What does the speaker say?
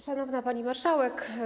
Szanowna Pani Marszałek!